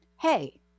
hey